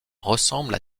ressemble